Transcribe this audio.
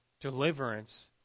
deliverance